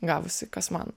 gavosi kas man